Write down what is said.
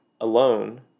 alone